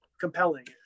compelling